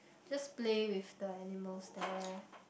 just play with the animals there